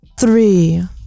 Three